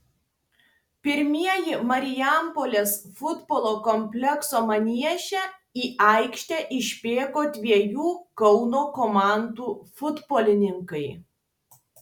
pirmieji marijampolės futbolo komplekso manieže į aikštę išbėgo dviejų kauno komandų futbolininkai